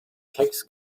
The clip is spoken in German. text